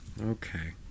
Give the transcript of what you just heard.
Okay